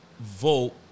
Vote